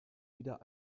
wieder